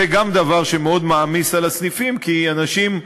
זה גם דבר שמאוד מעמיס על הסניפים, כי אנשים,